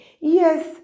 Yes